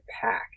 pack